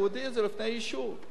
הודיע את זה לפני אישור,